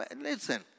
Listen